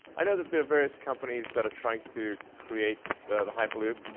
i know that there are various companies that are trying to create the hyperloop.